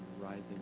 Rising